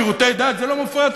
שירותי דת זה לא מופרט,